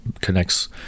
connects